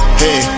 hey